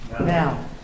Now